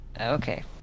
Okay